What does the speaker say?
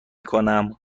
کنم